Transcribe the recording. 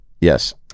Yes